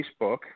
Facebook